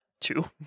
Two